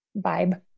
vibe